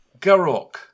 Garok